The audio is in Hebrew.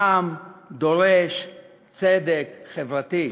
העם דורש צדק חברתי.